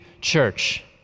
Church